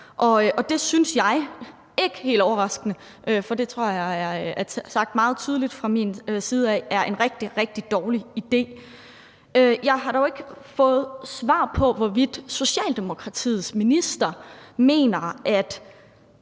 er sagt meget tydeligt fra min side, er en rigtig, rigtig dårlig idé. Jeg har dog ikke fået svar på, hvorvidt Socialdemokratiets minister mener,